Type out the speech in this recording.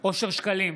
אושר שקלים,